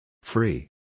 Free